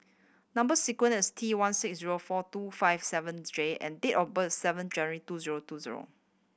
number sequence is T one six zero four two five seven J and date of birth seven January two zero two zero